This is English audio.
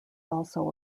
also